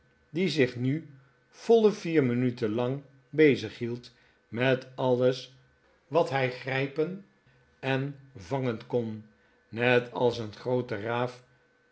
die zich nu voile vier minuten lang bezighield met alles wat hij grijpen en vangen kon net als een raaf